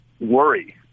worry